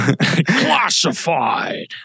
Classified